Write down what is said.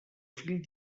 fill